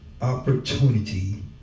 opportunity